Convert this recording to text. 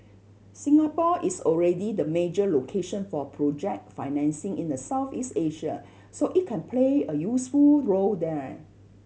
Singapore is already the major location for project financing in the Southeast Asia so it can play a useful role there